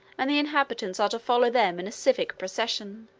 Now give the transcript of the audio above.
and the inhabitants are to follow them in a civic procession.